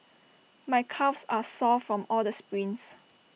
my calves are sore from all the sprints